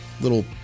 little